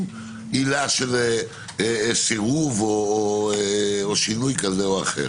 עילה של סירוב או שינוי כזה או אחר.